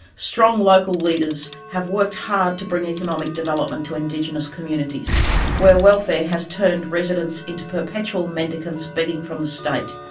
strong local leaders have worked hard to bring economic development to indigenous communities where welfare has turned residents into perpetual mendicants begging from the state.